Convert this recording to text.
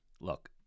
Look